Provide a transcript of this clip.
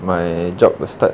my job will start